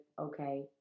okay